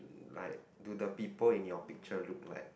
like do the people in your picture look like like